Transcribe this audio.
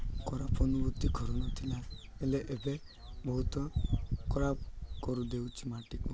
ଖରାପ ଅନୁଭୂତି କରୁନଥିଲା ହେଲେ ଏବେ ବହୁତ ଖରାପ୍ କରିଦେଉଛି ମାଟିକୁ